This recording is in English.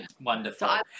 wonderful